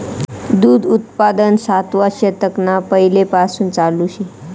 दूध उत्पादन सातवा शतकना पैलेपासून चालू शे